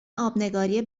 آبنگاری